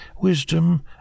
wisdom